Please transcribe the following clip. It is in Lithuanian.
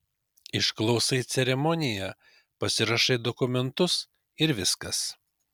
išklausai ceremoniją pasirašai dokumentus ir viskas